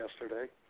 yesterday